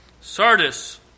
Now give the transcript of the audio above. Sardis